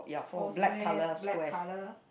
four squares black colour